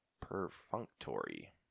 perfunctory